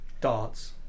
Darts